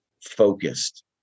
focused